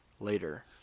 later